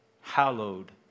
hallowed